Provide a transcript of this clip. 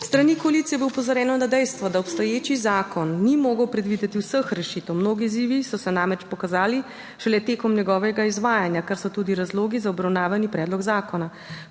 S strani koalicije je bilo opozorjeno na dejstvo, da obstoječi zakon ni mogel predvideti vseh rešitev. Mnogi izzivi so se namreč pokazali šele tekom njegovega izvajanja, kar so tudi razlogi za obravnavani predlog zakona.